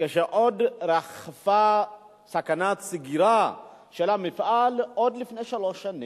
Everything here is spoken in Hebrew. כשעוד ריחפה סכנת סגירה של המפעל עוד לפני שלוש שנים,